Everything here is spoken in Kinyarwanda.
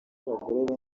abagore